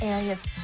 Area's